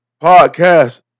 podcast